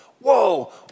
whoa